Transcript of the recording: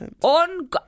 on